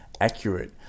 accurate